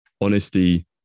honesty